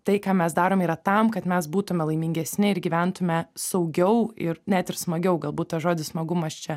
tai ką mes darom yra tam kad mes būtume laimingesni ir gyventume saugiau ir net ir smagiau galbūt tas žodis smagumas čia